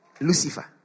Lucifer